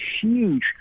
huge